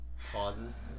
Pauses